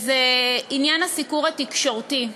עניין הסיקור התקשורתי.